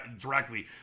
directly